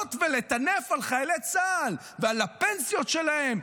לעלות ולטנף על חיילי צה"ל ועל הפנסיות שלהם.